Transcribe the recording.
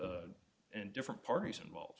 and different parties involve